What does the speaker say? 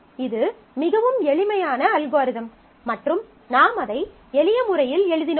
இது மிகவும் எளிமையான அல்காரிதம் மற்றும் நாம் அதை எளிய முறையில் எழுதினோம்